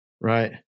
Right